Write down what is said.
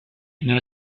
nella